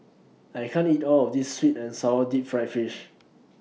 I can't eat All of This Sweet and Sour Deep Fried Fish